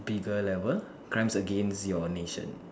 bigger level crimes against your nation